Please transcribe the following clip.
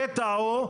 הקטע הוא,